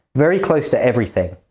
very close to everything.